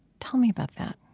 tell me about that